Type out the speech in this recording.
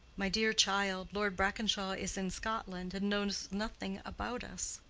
my dear child, lord brackenshaw is in scotland, and knows nothing about us.